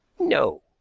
no,